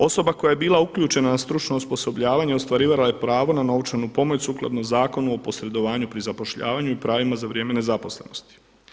Osoba koja je bila uključena na stručno osposobljavanje ostvarivala je pravo na novčanu naknadu sukladno Zakonu o posredovanju pri zapošljavanju i pravima za vrijeme nezaposlenosti.